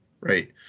right